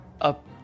up